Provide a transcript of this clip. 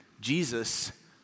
Jesus